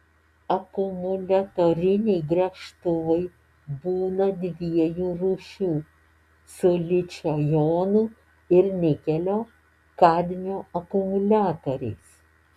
akumuliatoriniai gręžtuvai būna dviejų rūšių su ličio jonų ir nikelio kadmio akumuliatoriais